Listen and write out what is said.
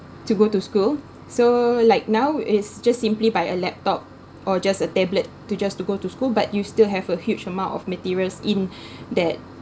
to go to school so like now it's just simply by a laptop or just a tablet to just to go to school but you still have a huge amount of materials in that